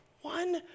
one